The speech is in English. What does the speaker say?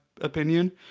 opinion